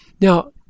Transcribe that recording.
Now